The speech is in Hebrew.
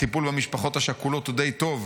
הטיפול במשפחות השכולות הוא די טוב,